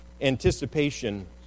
anticipation